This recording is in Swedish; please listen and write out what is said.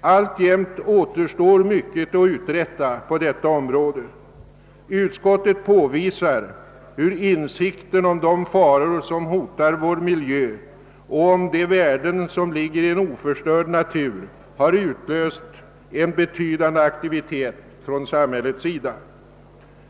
Alltjämt återstår mycket att uträtta på detta område. Utskottet påvisar hur insikten om de faror som hotar vår miljö och om de värden som ligger i en oförstörd natur har utlöst en betydande aktivitet från samhällets sida.